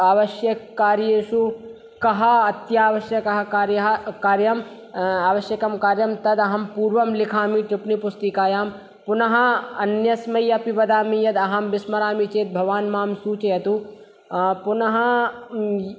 आवश्यककार्येषु किम् अत्यावश्यकं कार्यं कार्यम् आवश्यकं कार्यं तदहं पूर्वं लिखामि टिप्पणीपुस्तिकायां पुनः अन्यस्मैऽपि वदामि यदहं विस्मरामि चेत् भवान् माम् सूचयतु पुनः